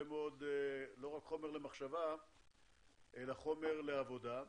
מאוד לא רק חומר למחשבה אלא חומר לעבודה.